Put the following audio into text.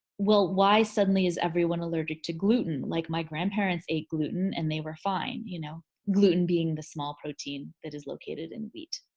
well, why suddenly is everyone allergic to gluten? like my grandparents ate gluten and they were fine. you know gluten being the small protein that is located in wheat.